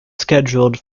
scheduled